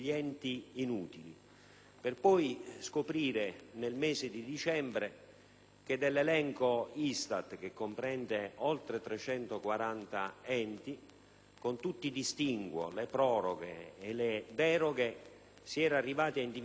per poi scoprire nel mese di dicembre che dell'elenco ISTAT (che comprende oltre 340 enti), con tutti i distinguo, le proroghe e le deroghe, si era arrivati a individuare nove enti